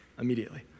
immediately